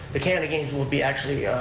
the canada games will be actually